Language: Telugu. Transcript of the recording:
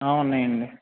ఉన్నాయండి